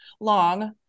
long